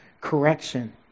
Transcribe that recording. correction